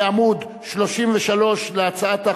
בעמוד 33 להצעת החוק,